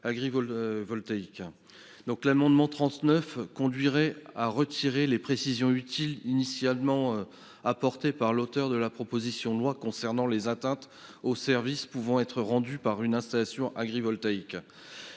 l'amendement n° 39 conduirait à retirer les précisions utiles, initialement apportées par l'auteur de la proposition de loi, concernant les atteintes aux services pouvant être rendus par une installation agrivoltaïque.